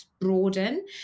Broaden